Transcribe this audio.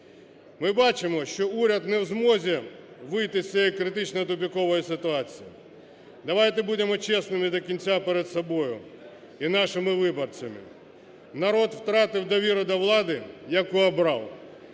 Ми бачимо, що уряд не в змозі вийти з цієї критичної, тупикової ситуації. Давайте будемо чесними до кінця перед собою і нашими виборцями. Народ втратив довіру до влади, яку обрав.